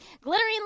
Glittering